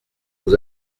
nous